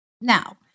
now